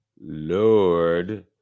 Lord